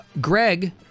Greg